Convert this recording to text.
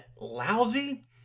lousy